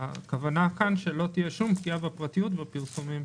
הכוונה כאן שלא תהיה שום פגיעה בפרטיות בפרסומים.